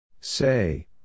Say